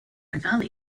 different